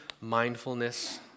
mindfulness